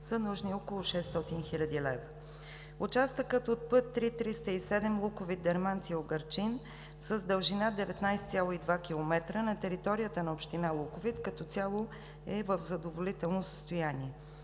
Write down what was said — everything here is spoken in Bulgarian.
са нужни около 600 хил. лв. Участъкът от път III-307 Луковит – Дерманци – Угърчин с дължина 19,2 км на територията на община Луковит като цяло е в задоволително състояние.